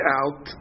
out